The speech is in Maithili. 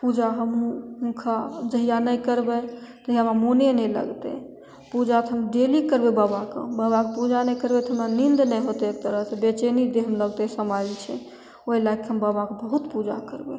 पूजा हमहूँ हुनका जहिआ नहि करबै तहिआ हमरा मोने नहि लगतै पूजा तऽ हम डेली करबै बाबाके बाबाके पूजा नहि करबै तऽ हमरा नीन्द नहि होतै एक तरहसे बेचैनी देहमे लगतै समाएल छै ओहि लैके बाबाके हम बहुत पूजा करबै